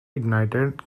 ignited